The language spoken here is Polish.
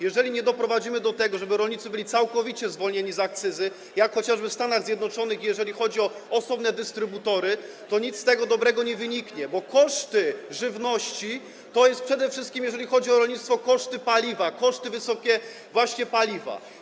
Jeżeli nie doprowadzimy do tego, żeby rolnicy byli całkowicie zwolnieni z akcyzy, jak chociażby w Stanach Zjednoczonych, jeżeli chodzi o osobne dystrybutory, to nic dobrego z tego nie wyniknie, bo koszty żywności to są przede wszystkim, jeżeli chodzi o rolnictwo, koszty paliwa, właśnie wysokie koszty paliwa.